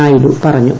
നായിഡു പറഞ്ഞു